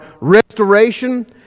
restoration